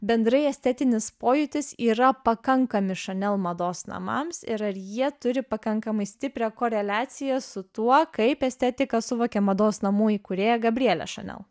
bendrai estetinis pojūtis yra pakankami chanel mados namams ir ar jie turi pakankamai stiprią koreliaciją su tuo kaip estetiką suvokia mados namų įkūrėja gabrielė šanel